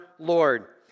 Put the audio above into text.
Lord